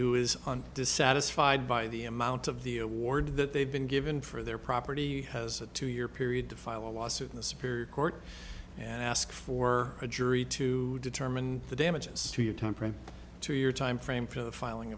who is on dissatisfied by the amount of the award that they've been given for their property has a two year period to file a lawsuit in a superior court and ask for a jury to determine the damages to your temperament to your timeframe f